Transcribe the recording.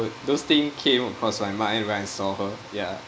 those things came across my mind when I saw her ya